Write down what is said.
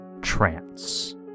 Trance